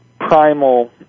primal